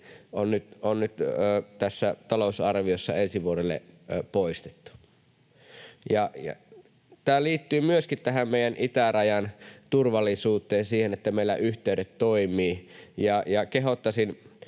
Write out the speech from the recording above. on nyt tässä talousarviossa ensi vuodelle poistettu. Tämä liittyy myöskin tähän meidän itärajan turvallisuuteen, siihen, että meillä yhteydet toimivat. Kehottaisin